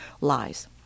lies